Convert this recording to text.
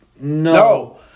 No